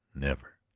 never!